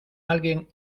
alguien